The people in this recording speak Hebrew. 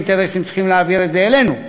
אינטרסים צריכים להעביר את זה אלינו.